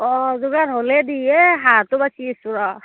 অ' যোগাৰ হ'লে দে এই হাঁহটো বাচি আছোঁ ৰ